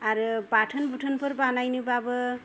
आरो बाथोन बुथुनफोर बानायनोबाबो